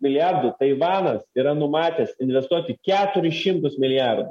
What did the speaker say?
milijardų taivanas yra numatęs investuoti keturis šimtus milijardų